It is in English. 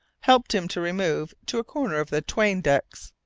helped him to remove to a corner of the tween decks.